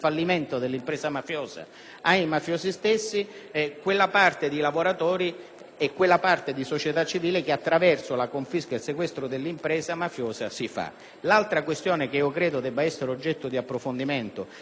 di lavoratori e di società civile dopo la confisca e il sequestro dell'impresa mafiosa. L'altra questione che credo debba essere oggetto di approfondimento è quella che riguarda la necessità di verificare la praticabilità dell'unicità